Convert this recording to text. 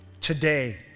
Today